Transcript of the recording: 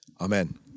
Amen